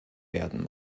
werden